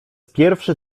pierwszy